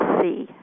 see